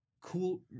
cool